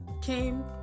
came